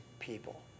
people